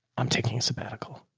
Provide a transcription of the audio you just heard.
i'm taking a sabbatical.